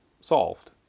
solved